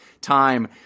time